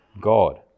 God